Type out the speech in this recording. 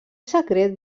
secret